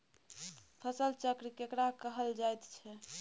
फसल चक्र केकरा कहल जायत छै?